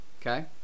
Okay